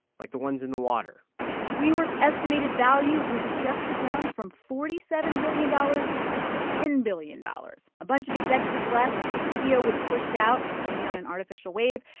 like the ones in the water wework's estimated value was adjusted down from forty seven billion dollars to ten billion dollars. a bunch of executives left. the ceo was pushed out, maybe on an artificial wave.